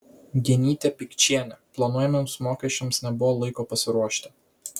genytė pikčienė planuojamiems mokesčiams nebuvo laiko pasiruošti